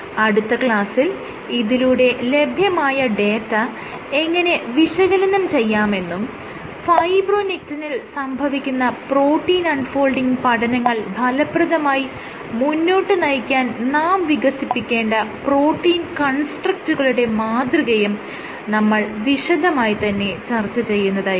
അടുത്ത ക്ലാസ്സിൽ ഇതിലൂടെ ലഭ്യമായ ഡാറ്റ എങ്ങനെ വിശകലനം ചെയ്യാമെന്നും ഫൈബ്രോനെക്റ്റിനിൽ സംഭവിക്കുന്ന പ്രോട്ടീൻ അൺ ഫോൾഡിങ് പഠനങ്ങൾ ഫലപ്രദമായി മുന്നോട്ട് നയിക്കാൻ നാം വികസിപ്പിക്കേണ്ട പ്രോട്ടീൻ കൺസ്ട്രക്ടുകളുടെ മാതൃകയും നമ്മൾ വിശദമായി തന്നെ ചർച്ച ചെയ്യുന്നതായിരിക്കും